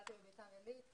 גדלתי בביתר עילית,